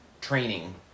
training